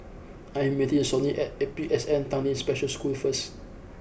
I am meeting Sonny at A P S N Tanglin Special School first